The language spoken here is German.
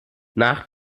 nach